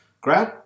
Great